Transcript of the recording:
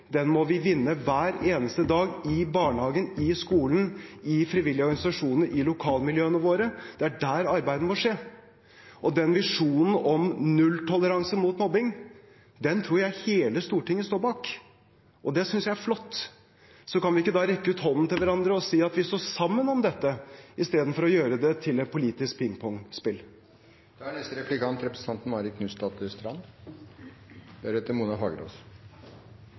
må vi vinne hver eneste dag, i barnehagen, i skolen, i frivillige organisasjoner, i lokalmiljøene våre. Det er der arbeidet må skje. Visjonen om nulltoleranse mot mobbing tror jeg hele Stortinget står bak, og det synes jeg er flott. Så kan vi ikke da rekke ut hånden til hverandre og si at vi står sammen om dette, i stedet for å gjøre det til et politisk pingpongspill?